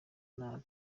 nabi